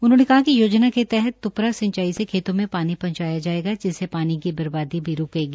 उन्होंने कहा कि योजना के तहत त्र का सिचांई से खेतों में शानी शहूंचाया जायेंगा जिससे शानी की बर्बादी भी रूकेगी